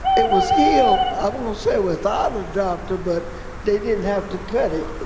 it was healed. i won't say without a doctor, but they didn't have to cut it.